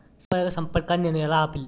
స్వీయ పరాగసంపర్కాన్ని నేను ఎలా ఆపిల్?